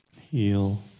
heal